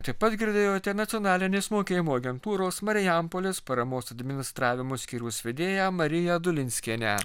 taip pat girdėjote nacionalinės mokėjimo agentūros marijampolės paramos administravimo skyriaus vedėją mariją dulinskienę